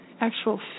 actual